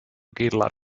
gillar